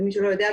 ומי שלא יודע,